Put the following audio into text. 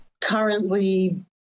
currently